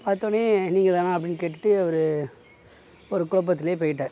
பார்த்தோன்னே நீங்கள் தானா அப்படின்னு கேட்டுட்டு அவர் ஒரு குலப்பத்துலே போயிட்டார்